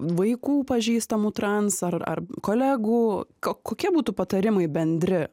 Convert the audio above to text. vaikų pažįstamų trans ar ar kolegų ko kokie būtų patarimai bendri